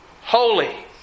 Holy